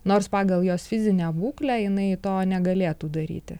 nors pagal jos fizinę būklę jinai to negalėtų daryti